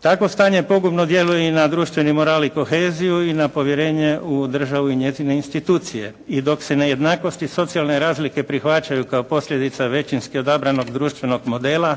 Takvo stanje pogubno djeluje i na društveni moral i koheziju i na povjerenje u državu i njezine institucije. I dok se nejednakost i socijalne razlike prihvaćaju kao posljedica većinski odabranog društvenog modela